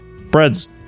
Bread's